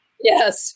Yes